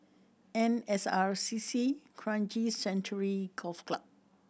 N S R C C Kranji Sanctuary Golf Club